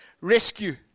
rescue